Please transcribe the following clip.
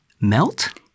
Melt